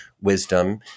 wisdom